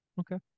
okay